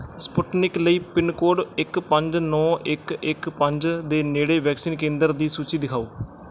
Sputnik ਲਈ pin code ਇੱਕ ਪੰਜ ਨੌਂ ਇੱਕ ਇੱਕ ਪੰਜ ਦੇ ਨੇੜੇ ਵੈਕਸੀਨ ਕੇਂਦਰ ਦੀ ਸੂਚੀ ਦਿਖਾਓ